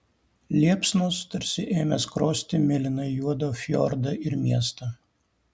liepsnos tarsi ėmė skrosti mėlynai juodą fjordą ir miestą